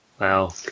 Wow